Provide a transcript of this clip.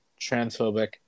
transphobic